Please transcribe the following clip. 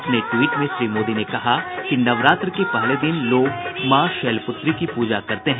अपने ट्वीट में श्री मोदी ने कहा कि नवरात्र के पहले दिन लोग मां शैलपुत्री की पूजा करते हैं